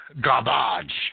garbage